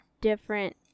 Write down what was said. different